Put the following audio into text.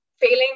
feeling